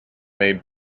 made